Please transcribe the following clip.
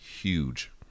huge